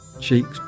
cheeks